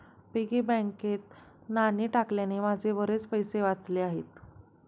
piggy बँकेत नाणी टाकल्याने माझे बरेच पैसे वाचले आहेत